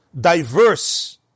diverse